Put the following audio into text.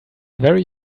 very